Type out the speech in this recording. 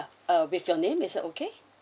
uh with your name is that okay